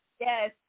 Yes